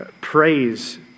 praise